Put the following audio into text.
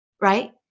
right